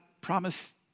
promise